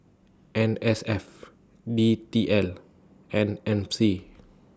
N S F D T L and M C